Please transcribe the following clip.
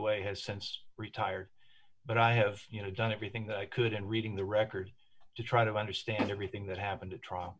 way has since retired but i have you know done everything that i could and reading the record to try to understand everything that happened at trial